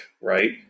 right